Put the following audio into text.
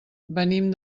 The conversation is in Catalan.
venim